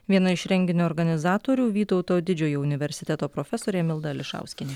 viena iš renginio organizatorių vytauto didžiojo universiteto profesorė milda ališauskienė